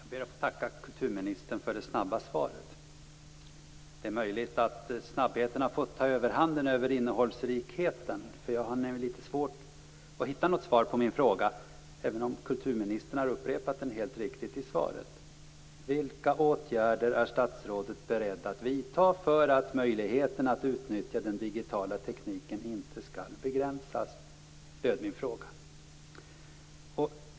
Fru talman! Jag ber att få tacka kulturministern för det snabba svaret. Det är möjligt att snabbheten har fått ta överhanden över innehållsrikedomen. Jag har nämligen litet svårt att hitta något svar på min fråga, även om kulturministern har upprepat den helt riktigt i svaret. Vilka åtgärder är statsrådet beredd att vidta för att möjligheten att utnyttja den digitala tekniken inte skall begränsas? Så lydde min fråga.